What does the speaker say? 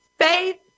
Faith